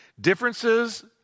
Differences